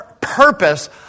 purpose